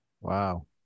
Wow